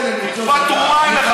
אדוני, אני מבקשת לסיים.